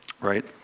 right